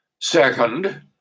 Second